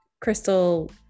crystal